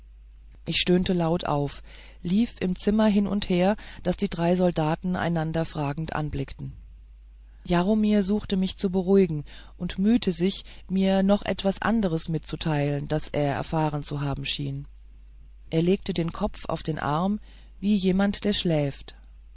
ich stöhnte laut auf lief im zimmer hin und her daß die drei soldaten einander fragend anblickten jaromir suchte mich zu beruhigen und bemühte sich mir noch etwas anderes mitzuteilen was er erfahren zu haben schien er legte den kopf auf den arm wie jemand der schläft